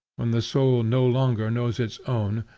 when the soul no longer knows its own,